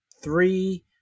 three